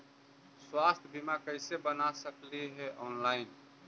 स्वास्थ्य बीमा कैसे बना सकली हे ऑनलाइन?